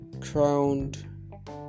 crowned